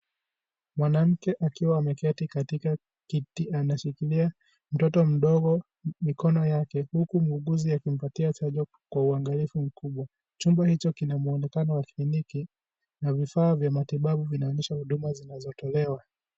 Mwanamke akiwa ameketi katika kiti. Anashikilia mtoto mdogo mikono yake huku muuguzi akimpatia chanjo kwa uangalifu mkubwa. Chumba hicho kina mwonekano wa kliniki, na vifaa vya matibabu vinaonyesha huduma zinazotolewa.